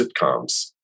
sitcoms